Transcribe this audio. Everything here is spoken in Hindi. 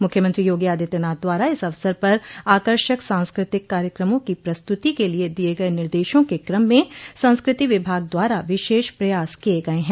मुख्यमंत्री योगी आदित्यनाथ द्वारा इस अवसर पर आकर्षक सांस्कृतिक कार्यक्रमों की प्रस्तुति के लिये दिये गये निर्देशों के क्रम में संस्कृति विभाग द्वारा विशेष प्रयास किये गये हैं